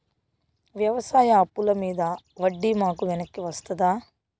వ్యవసాయ అప్పుల మీద వడ్డీ మాకు వెనక్కి వస్తదా?